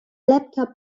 laptop